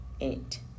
eight